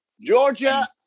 Georgia